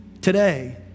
Today